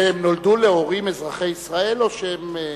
שהם נולדו להורים אזרחי ישראל או שהם,